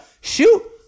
Shoot